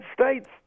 States